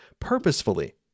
Purposefully